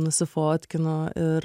nusifotkinu ir